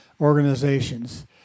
organizations